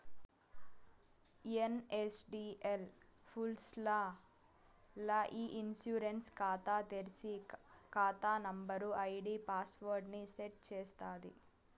NSDL పూర్స్ ల్ల ఇ ఇన్సూరెన్స్ కాతా తెర్సి, కాతా నంబరు, ఐడీ పాస్వర్డ్ ని సెట్ చేస్తాది